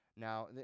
Now